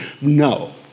No